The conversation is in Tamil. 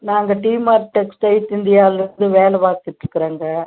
நாங்கள் டீமார்ட் டெக்ஸ்டைல்ஸ் இந்தியாவிலிருந்து வேலை பார்த்துட்ருக்குறோங்க